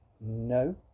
no